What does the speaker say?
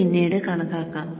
ഇത് പിന്നീട് കണക്കാക്കാം